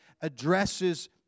addresses